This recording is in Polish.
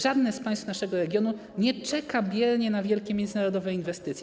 Żadne z państw naszego regionu nie czeka biernie na wielkie międzynarodowe inwestycje.